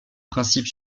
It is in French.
principe